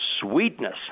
sweetness